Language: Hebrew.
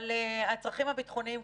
אבל הצרכים הביטחוניים,